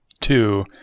two